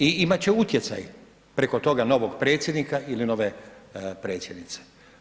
I imati će utjecaj preko toga novog predsjednika ili nove predsjednice.